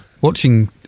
Watching